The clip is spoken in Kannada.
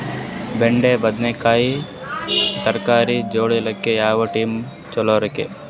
ಬೆಂಡಿ ಬದನೆಕಾಯಿ ತರಕಾರಿ ಬೇಳಿಲಿಕ್ಕೆ ಯಾವ ಟೈಮ್ ಚಲೋರಿ?